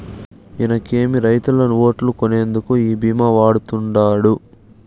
ఇనకేమి, రైతుల ఓట్లు కొనేందుకు ఈ భీమా వాడతండాడు